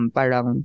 parang